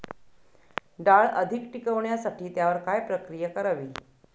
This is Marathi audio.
डाळ अधिक टिकवण्यासाठी त्यावर काय प्रक्रिया करावी?